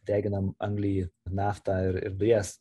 deginam anglį naftą ir ir dujas